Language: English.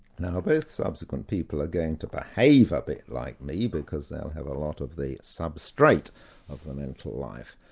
now, both subsequent people are going to behave a bit like me, because they'll have a lot of the substrate of the mental life,